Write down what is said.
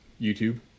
YouTube